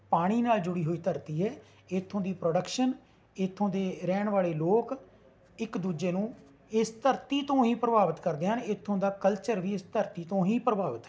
ਪਾਣੀ ਨਾਲ ਜੁੜੀ ਹੋਈ ਧਰਤੀ ਹੈ ਇੱਥੋਂ ਦੀ ਪ੍ਰੋਡਕਸ਼ਨ ਇੱਥੋਂ ਦੇ ਰਹਿਣ ਵਾਲੇ ਲੋਕ ਇੱਕ ਦੁਜੇ ਨੂੰ ਇਸ ਧਰਤੀ ਤੋਂ ਹੀ ਪ੍ਰਭਾਵਿਤ ਕਰਦੇ ਹਨ ਇੱਥੋਂ ਦਾ ਕਲਚਰ ਵੀ ਇਸ ਧਰਤੀ ਤੋਂ ਹੀ ਪ੍ਰਭਾਵਿਤ ਹੈ